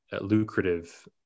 lucrative